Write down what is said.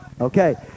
Okay